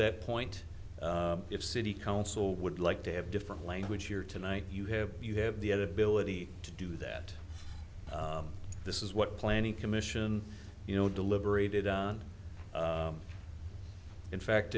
that point if city council would like to have different language here tonight you have you have the ability to do that this is what planning commission you know deliberated on in fact